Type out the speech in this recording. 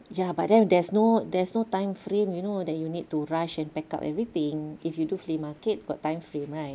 ya but then there's no there's no timeframe you know that you need to rush and pack up everything if you do flea market got timeframe right